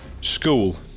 School